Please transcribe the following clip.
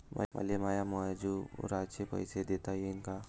मले माया मजुराचे पैसे देता येईन का?